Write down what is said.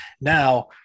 now